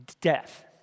death